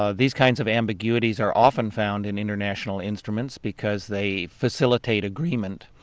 ah these kinds of ambiguities are often found in international instruments because they facilitate agreement.